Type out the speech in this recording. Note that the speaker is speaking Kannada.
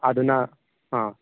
ಅದುನ್ನ ಹಾಂ